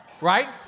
right